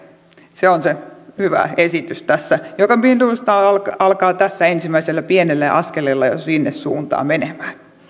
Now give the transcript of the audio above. se on tässä se hyvä esitys joka minusta alkaa tässä ensimmäisellä pienellä askeleella jo sinne suuntaan menemään